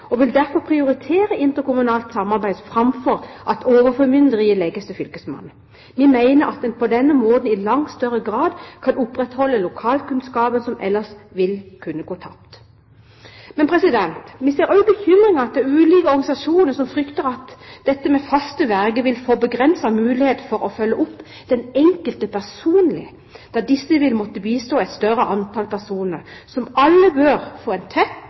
og vi vil derfor prioritere interkommunalt samarbeid framfor det at overformynderiet legges til fylkesmannen. Vi mener at en på denne måten i langt større grad kan opprettholde lokalkunnskaper som ellers vil kunne gå tapt. Men vi ser også bekymringen til ulike organisasjoner som frykter at faste verger vil få begrenset mulighet til å følge opp den enkelte personlig, da disse vil måtte bistå et større antall personer som alle bør få en tett